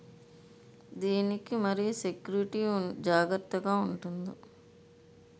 దీని కి మరి సెక్యూరిటీ జాగ్రత్తగా ఉంటుందా?